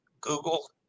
Google